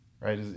right